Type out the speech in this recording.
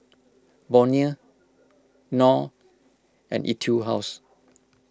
Bonia Knorr and Etude House